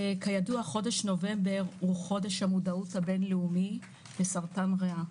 כידוע חודש נובמבר הוא חודש המודעות הבין-לאומי לסרטן ריאה.